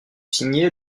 signé